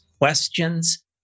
questions